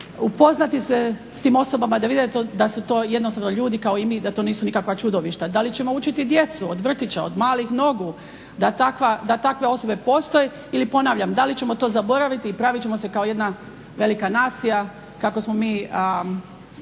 upoznati se s tim osobama da vide da su to jednostavno ljudi kao i mi, da to nisu nikakva čudovišta. Da li ćemo učiti djecu od vrtića, od malih nogu da takve osobe postoje ili ponavljam da li ćemo to zaboraviti i pravit ćemo se kao jedna velika nacija kako smo mi